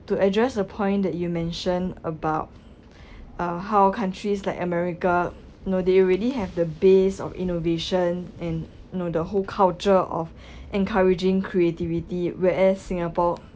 to address a point that you mention about uh how countries like america know they already have the base of innovation and know the whole culture of encouraging creativity whereas singapore